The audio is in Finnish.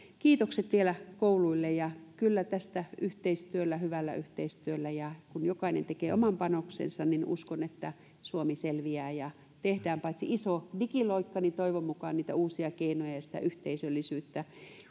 kiitokset vielä kouluille uskon että kyllä tästä hyvällä yhteistyöllä ja sillä kun jokainen tekee oman panoksensa suomi selviää paitsi että tehdään iso digiloikka niin toivon mukaan niitä uusia keinoja ja sitä yhteisöllisyyttä